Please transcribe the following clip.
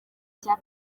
cya